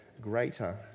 greater